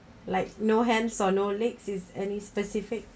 like no hands or no legs is any specific